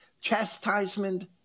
chastisement